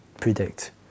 predict